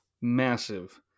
massive